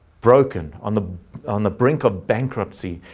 broken on the on the brink of bankruptcy,